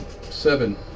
Seven